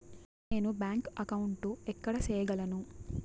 నేను bank account ఎక్కడ సేయగలను